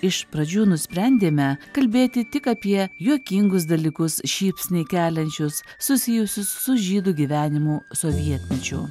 iš pradžių nusprendėme kalbėti tik apie juokingus dalykus šypsnį keliančius susijusius su žydų gyvenimu sovietmečiu